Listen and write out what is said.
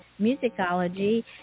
musicology